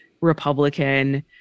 Republican